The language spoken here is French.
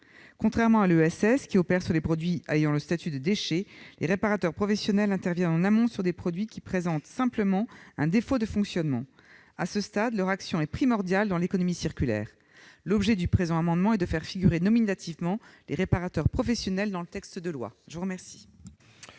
Contrairement à l'ESS, qui opère sur des produits ayant le statut de « déchets », les réparateurs professionnels interviennent en amont sur des produits qui présentent simplement un défaut de fonctionnement. Leur action est primordiale dans l'économie circulaire. L'objet du présent amendement est de faire figurer nominativement les réparateurs professionnels dans la loi. L'amendement